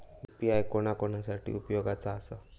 UPI कोणा कोणा साठी उपयोगाचा आसा?